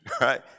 Right